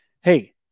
Hey